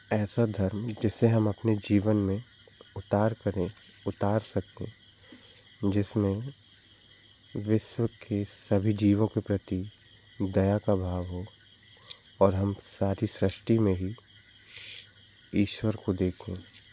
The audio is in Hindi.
ऐसा धर्म जिसे हम अपने जीवन मैं उतार करें उतार सकें जिसमें विश्व की सभी जीवों की प्रतीक दया का भाव हो और हम साथ ही सृष्टि में ही ईश्वर को देखो